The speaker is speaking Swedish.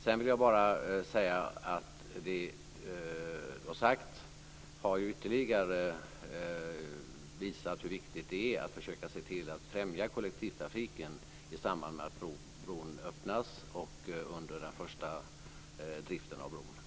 Sedan vill jag bara säga att det som Karin Svensson Smith har sagt har ytterligare visat hur viktigt det är att försöka se till att främja kollektivtrafiken i samband med att bron öppnas och under den första tiden som bron är i drift.